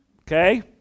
okay